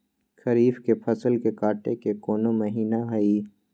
खरीफ के फसल के कटे के कोंन महिना हई?